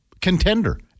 contender